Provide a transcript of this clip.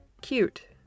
cute